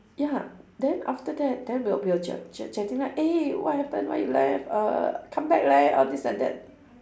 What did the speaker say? ya then after that then we were we were ch~ ch~ chatting right eh what happen why you left err come back leh all this and that